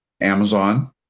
Amazon